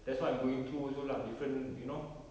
that's what I'm going through also lah different you know